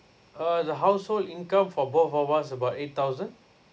uh the household income for both of us about eight thousand